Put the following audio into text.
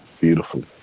beautiful